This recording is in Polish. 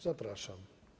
Zapraszam.